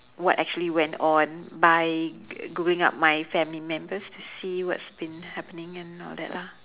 what actually went on by googling up my family members to see what's been happening and all that lah